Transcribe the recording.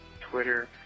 twitter